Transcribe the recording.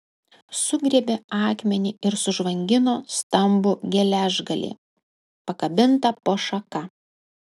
sugriebė akmenį ir sužvangino stambų geležgalį pakabintą po šaka